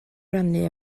rannu